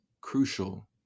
crucial